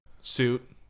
suit